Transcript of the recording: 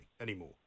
anymore